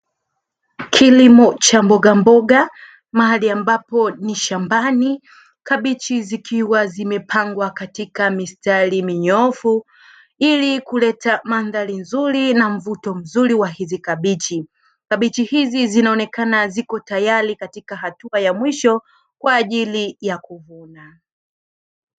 Kilimo cha mbogamboga mahali ambapo ni shambani kabichi zikiwa zimepangwa katika mistari minyoofu ili kuleta mandhari nzuri na mvuto mzuri wa hizi kabichi. Kabichi hizi zinaonekana ziko tayari katika hatua ya mwisho kwa ajili ya kuvuna.